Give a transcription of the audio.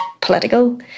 political